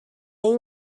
این